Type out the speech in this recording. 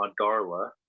Darla